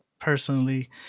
personally